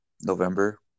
November